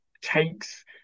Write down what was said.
takes